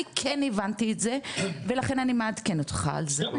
אני כן הבנתי את זה ולכן אני מעדכנת אותך על זה.